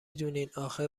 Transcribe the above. دونین، اخه